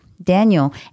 Daniel